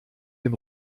dem